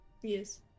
Yes